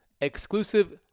exclusive